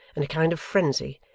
in a kind of frenzy,